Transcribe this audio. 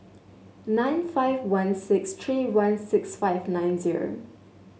nine five one six three one six five nine zero